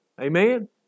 Amen